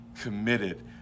committed